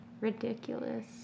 ridiculous